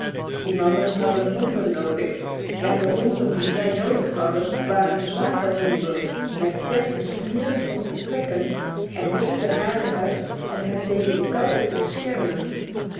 die mannen hadden honden nodig en de honden die zij nodig hadden waren zware honden met sterke spieren om te trekken en dichtbehaarde huid om hen tegen de koude te beschermen